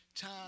Time